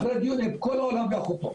אחרי דיון עם כל העולם ואחותו.